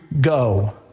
go